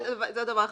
זה דבר אחד.